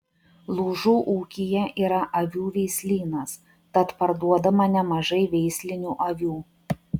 lūžų ūkyje yra avių veislynas tad parduodama nemažai veislinių avių